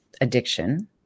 addiction